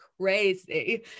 crazy